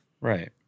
right